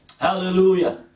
Hallelujah